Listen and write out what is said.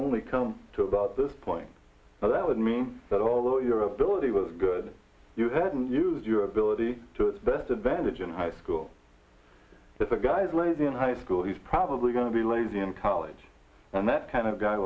only come to about this point now that would mean that although your ability was good you hadn't used your ability to best advantage in high school if a guy's lazy in high school he's probably going to be lazy in college and that kind of guy